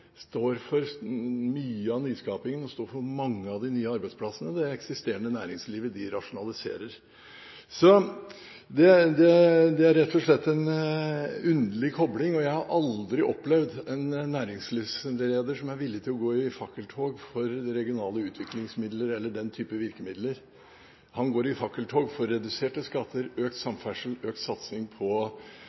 står for mye av nyskapingen og står for mange av de nye arbeidsplassene. Det eksisterende næringslivet rasjonaliserer. Det er rett og slett en underlig kobling, og jeg har aldri opplevd en næringslivsleder som er villig til å gå i fakkeltog for de regionale utviklingsmidler eller den type virkemidler. Han går i fakkeltog for reduserte skatter, økt samferdsel, økt satsing på